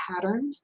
pattern